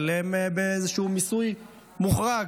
אבל הן באיזשהו מיסוי מוחרג.